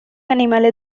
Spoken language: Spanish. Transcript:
animales